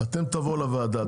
אתם תבואו לוועדה,